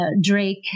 Drake